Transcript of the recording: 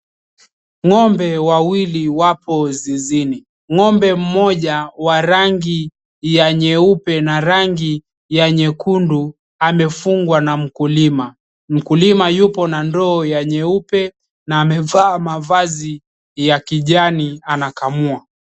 Ng'ombe wawili wapo zizini. Ng'ombe mmoja wa rangi ya nyeupe na rangi ya nyekundu, amefungwa na mkulima. Mkulima yupo na ndoo nyeupe na amevaa mavazi ya kijani, anakamua.